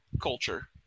culture